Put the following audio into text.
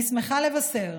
אני שמחה לבשר